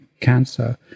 cancer